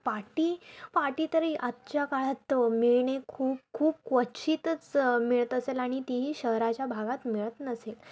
पाटी पाटी तरी आजच्या काळात मिळणे खूप खूप क्वचितच मिळत असेल आणि ती ही शहराच्या भागात मिळत नसेल